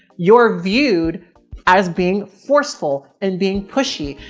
you're viewed as being forceful and being pushy,